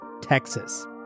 Texas